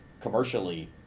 commercially